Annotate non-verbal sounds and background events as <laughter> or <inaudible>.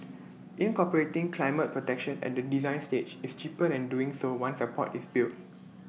<noise> incorporating climate protection at the design stage is cheaper than doing so once A port is built <noise>